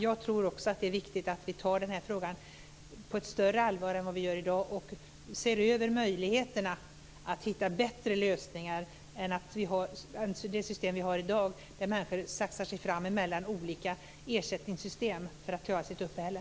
Jag tror också att det är viktigt att vi tar denna fråga på ett större allvar än vad vi gör i dag och ser över möjligheterna att hitta bättre lösningar än i det system vi har i dag, där människor saxar sig fram mellan olika ersättningssystem för att klara sitt uppehälle.